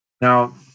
Now